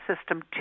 system